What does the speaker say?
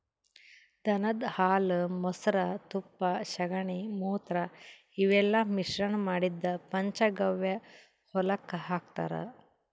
ದನದ್ ಹಾಲ್ ಮೊಸ್ರಾ ತುಪ್ಪ ಸಗಣಿ ಮೂತ್ರ ಇವೆಲ್ಲಾ ಮಿಶ್ರಣ್ ಮಾಡಿದ್ದ್ ಪಂಚಗವ್ಯ ಹೊಲಕ್ಕ್ ಹಾಕ್ತಾರ್